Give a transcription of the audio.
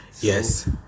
Yes